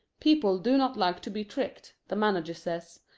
people do not like to be tricked, the manager says.